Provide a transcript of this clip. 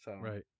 Right